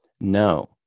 No